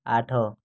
ଆଠ